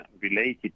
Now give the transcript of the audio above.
related